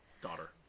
daughter